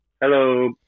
Hello